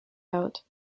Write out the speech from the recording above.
out